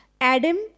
Adam